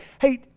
hey